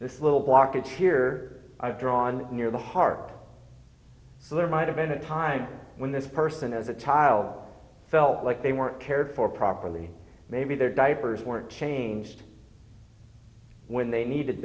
this little blockage here i've drawn near the heart so there might have been a time when this person as a child felt like they weren't cared for properly maybe their diapers weren't changed when they needed